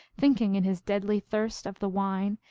thinking in his deadly thirst of the wine,